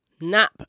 nap